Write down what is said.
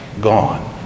gone